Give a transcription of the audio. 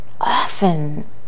often